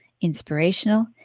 inspirational